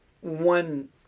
one